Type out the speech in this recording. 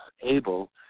able